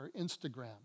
Instagram